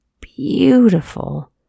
beautiful